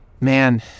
man